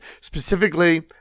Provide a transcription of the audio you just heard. Specifically